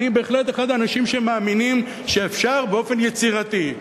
אני בהחלט אחד האנשים שמאמינים שאפשר באופן יצירתי,